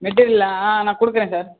மெட்டீரியலா ஆ நான் கொடுக்கறேன் சார்